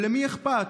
אבל למי אכפת?